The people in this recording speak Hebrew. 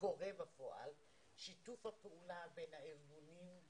ראה בזה תלונה שהוגשה כנגד העמותה.